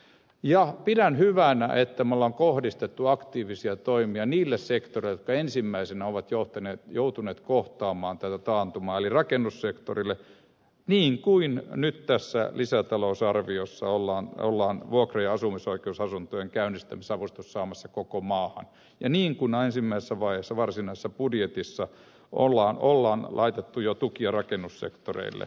ja pidän hyvänä että on kohdistettu aktiivisia toimia niille sektoreille jotka ensimmäisinä ovat joutuneet kohtaamaan tätä taantumaa eli rakennussektorille niin kuin nyt tässä lisätalousarviossa ollaan vuokra ja asumisoikeusasuntojen käynnistämisavustus saamassa koko maahan ja niin kuin ensimmäisessä vaiheessa varsinaisessa budjetissa on laitettu jo tukia rakennussektoreille